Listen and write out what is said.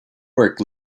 work